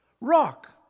rock